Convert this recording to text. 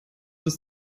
ist